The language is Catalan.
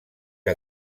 que